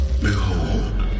Behold